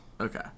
Okay